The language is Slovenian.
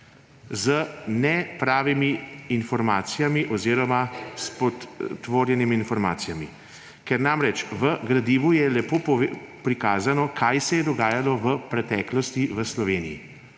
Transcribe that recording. z nepravimi informacijami oziroma s potvorjenimi informacijami. V gradivu je namreč lepo prikazano, kaj se je dogajalo v preteklosti v Sloveniji.